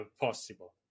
possible